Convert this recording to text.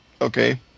Okay